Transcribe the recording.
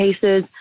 cases